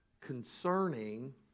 concerning